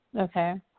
Okay